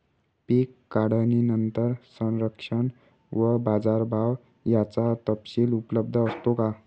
पीक काढणीनंतर संरक्षण व बाजारभाव याचा तपशील उपलब्ध असतो का?